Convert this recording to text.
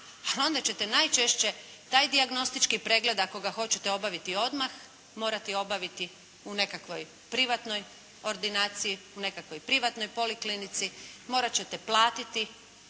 a onda ćete najčešće taj dijagnostički pregled ako ga hoćete obaviti odmah morati obaviti u nekakvoj privatnoj ordinaciji, u nekakvoj privatnoj poliklinici, morat ćete platiti